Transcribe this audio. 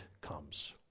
comes